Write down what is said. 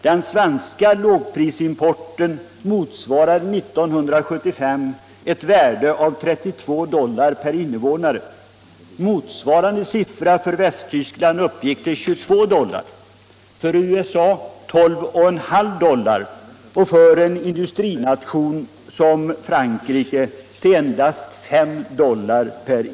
Den svenska lågprisimporten motsvarade 1975 ett värde av 32 dollar per invånare. Motsvarande siffra för Västtyskland var 22 dollar, för USA 12,5 dollar och för en industrination som Frankrike endast 5 dollar.